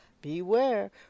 beware